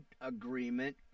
agreement